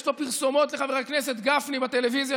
יש לו פרסומות לחבר הכנסת גפני בטלוויזיה,